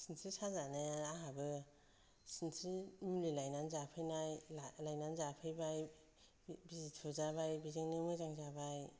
सिनस्रि साजानाया आंहाबो सिनस्रि मुलि लायना जाफैनाय लायनानै जाफैबाय बिजि थुजाबाय बेजोंनो मोजां जाबाय